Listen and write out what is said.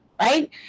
right